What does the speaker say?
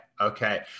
Okay